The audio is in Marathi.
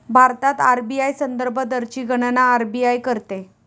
भारतात आर.बी.आय संदर्भ दरची गणना आर.बी.आय करते